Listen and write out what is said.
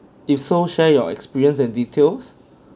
if so share your experience and details